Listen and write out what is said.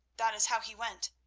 that is how he went.